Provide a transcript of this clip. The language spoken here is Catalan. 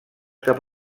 cap